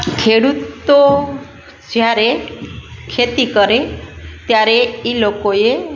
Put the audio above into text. ખેડૂતો જ્યારે ખેતી કરે ત્યારે એ લોકોએ